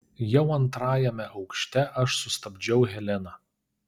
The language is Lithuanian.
jau antrajame aukšte aš sustabdžiau heleną